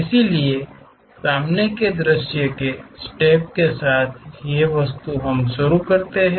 इसलिए सामने के दृश्य के स्टेप के साथ एक वस्तु है